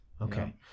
okay